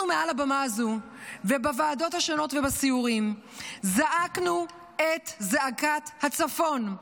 אנחנו מעל הבמה הזו ובוועדות השונות ובסיורים זעקנו את זעקת הצפון,